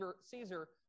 Caesar